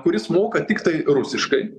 kuris moka tiktai rusiškai